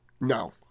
No